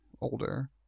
older